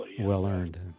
Well-earned